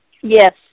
Yes